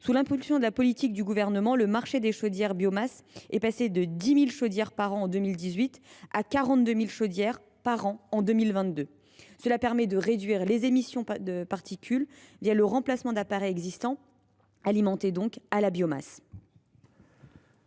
Sous l’impulsion de la politique du Gouvernement, le marché des chaudières biomasse est passé de 10 000 chaudières par an en 2018 à 42 000 en 2022. Cela permet de réduire les émissions de particules grâce au remplacement d’appareils existants alimentés à la biomasse.